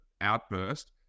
outburst